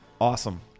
Awesome